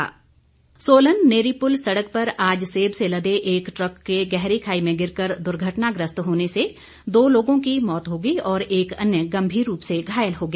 दुर्घटना सोलन नेरीपुल सड़क पर आज सेब से लदे एक ट्रक के गहरी खाई में गिरकर दुर्घटनाग्रस्त होने से दो लोगों की मौत हो गई और एक अन्य गंभीर रूप से घायल हो गया